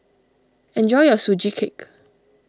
enjoy your Sugee Cake